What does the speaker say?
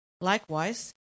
Likewise